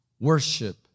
Worship